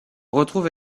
retrouve